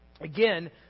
again